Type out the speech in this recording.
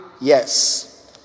yes